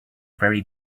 very